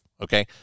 okay